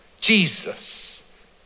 Jesus